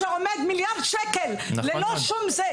יש מטוס שעומד מיליארד ₪- ללא שום שימוש.